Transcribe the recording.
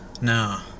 No